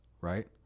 right